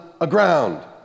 aground